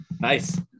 Nice